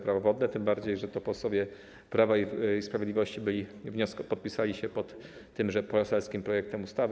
Prawo wodne, tym bardziej że to posłowie Prawa i Sprawiedliwości podpisali się pod tymże poselskim projektem ustawy.